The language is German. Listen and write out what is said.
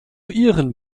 ihren